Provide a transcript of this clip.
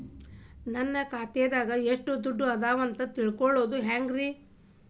ನನ್ನ ಖಾತೆದಾಗ ಎಷ್ಟ ದುಡ್ಡು ಅದ ಅಂತ ತಿಳಿಯೋದು ಹ್ಯಾಂಗ್ರಿ?